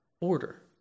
order